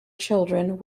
children